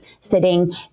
sitting